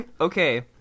Okay